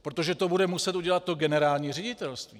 Protože to bude muset udělat to generální ředitelství.